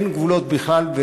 אין גבולות בכלל.